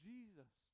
Jesus